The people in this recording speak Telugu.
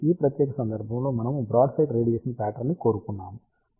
కాబట్టి ఈ ప్రత్యేక సందర్భంలో మనము బ్రాడ్సైడ్ రేడియేషన్ ప్యాట్రన్ ని కోరుకున్నాము